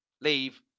Leave